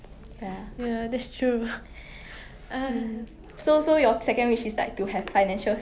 it's a bit contradictory but now that I think about it more right I think is very complement like complimentary because